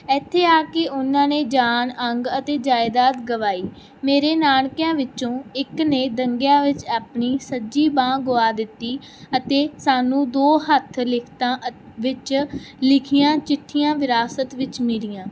ਇੱਥੇ ਆ ਕੇ ਉਹਨਾਂ ਨੇ ਜਾਨ ਅੰਗ ਅਤੇ ਜਾਇਦਾਦ ਗਵਾਈ ਮੇਰੇ ਨਾਨਕਿਆਂ ਵਿੱਚੋਂ ਇੱਕ ਨੇ ਦੰਗਿਆਂ ਵਿੱਚ ਆਪਣੀ ਸੱਜੀ ਬਾਂਹ ਗਵਾ ਦਿੱਤੀ ਅਤੇ ਸਾਨੂੰ ਦੋ ਹੱਥ ਲਿਖਤਾਂ ਵਿੱਚ ਲਿਖੀਆਂ ਚਿੱਠੀਆਂ ਵਿਰਾਸਤ ਵਿੱਚ ਮਿਲੀਆਂ